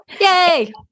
Yay